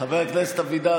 חבר הכנסת אבידר,